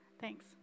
Thanks